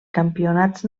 campionats